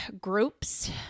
groups